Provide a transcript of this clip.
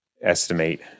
estimate